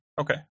Okay